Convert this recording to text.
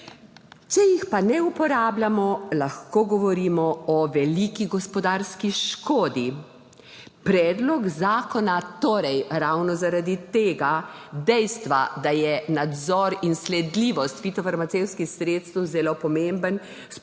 pa jih ne uporabljamo, lahko govorimo o veliki gospodarski škodi. Predlog zakona torej ravno zaradi tega dejstva, da je nadzor in sledljivost fitofarmacevtskih sredstev zelo pomemben,